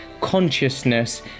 consciousness